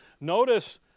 Notice